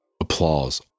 Applause